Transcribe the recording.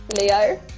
Leo